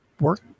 work